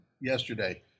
yesterday